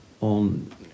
on